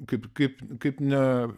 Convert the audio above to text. kaip kaip kaip ne